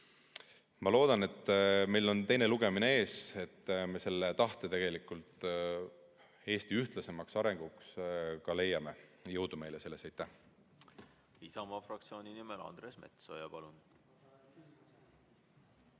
Ma loodan, meil on teine lugemine ees, et me selle tahte tegelikult Eesti ühtlasema arengu huvides ka leiame. Jõudu meile selles! Isamaa fraktsiooni nimel Andres Metsoja, palun!